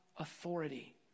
authority